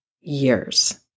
years